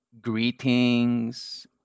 greetings